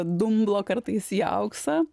dumblo kartais į auksą